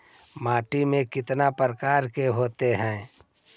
माटी में कितना प्रकार के होते हैं?